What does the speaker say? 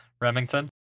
Remington